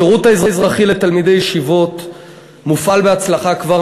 השירות האזרחי לתלמידי ישיבות מופעל בהצלחה כבר